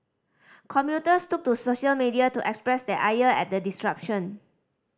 commuters took to social media to express their ire at the disruption